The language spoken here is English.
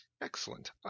Excellent